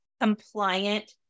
compliant